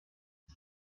ich